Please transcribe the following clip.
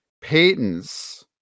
Payton's